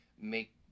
make